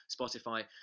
Spotify